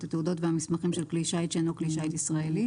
התעודות והמסמכים של כלי שיט שאינו כלי שיט ישראלי,